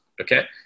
Okay